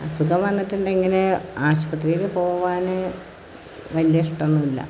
അസുഖം വന്നിട്ടുണ്ടെങ്കിൽ ആശുപത്രിയിൽ പോകാൻ വലിയ ഇഷ്ടമൊന്നും ഇല്ലാ